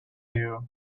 you